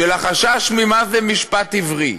של החשש ממה זה משפט עברי,